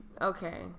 Okay